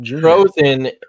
Frozen